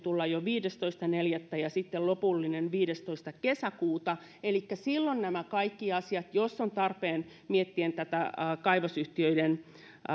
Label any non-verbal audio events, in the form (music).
(unintelligible) tulla jo viidestoista neljättä ja sitten lopullisen raportin viidestoista kesäkuuta elikkä silloin nämä kaikki asiat jos on tarpeen miettien sitä että tätä kaivosyhtiöiden